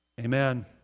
Amen